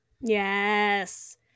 Yes